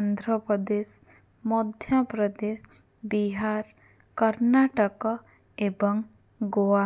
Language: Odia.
ଆନ୍ଧ୍ରପ୍ରଦେଶ ମଧ୍ୟପ୍ରଦେଶ ବିହାର କର୍ଣ୍ଣାଟକ ଏବଂ ଗୋଆ